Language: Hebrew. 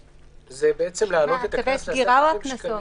להעלות את הקנס ל-10,000 שקלים.